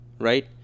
right